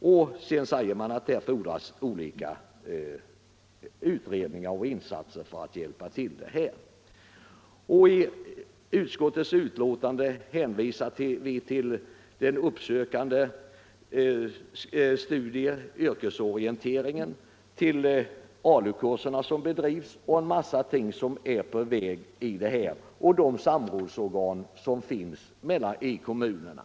Olika typer av insatser som underlättar ungdomens inträde i arbetslivet bör därför övervägas.” I utskottsbetänkandet hänvisar vi till en uppsökande studie, till yrkesorienteringen, till de ALU-kurser som bedrivs, till en mängd andra insatser och till de samrådsorgan som finns i kommunerna.